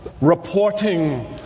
reporting